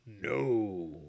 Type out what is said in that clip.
No